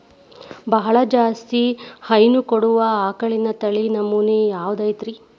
ಬಹಳ ಜಾಸ್ತಿ ಹೈನು ಕೊಡುವ ಆಕಳಿನ ತಳಿ ನಮೂನೆ ಯಾವ್ದ ಐತ್ರಿ?